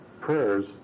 prayers